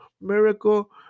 miracle